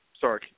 sorry